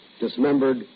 dismembered